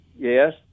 Yes